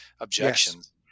objections